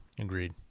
Agreed